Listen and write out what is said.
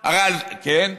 כן.